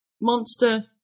monster